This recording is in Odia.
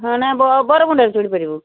ନା ବରମୁଣ୍ଡାରୁ ଚଢ଼ିପାରିବୁ